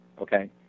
Okay